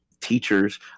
teachers